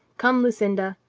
come, lucinda,